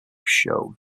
shows